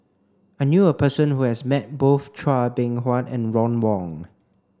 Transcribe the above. I knew a person who has met both Chua Beng Huat and Ron Wong